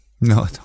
No